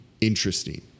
interesting